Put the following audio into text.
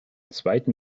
zweiten